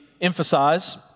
emphasize